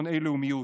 שונאי לאומיות,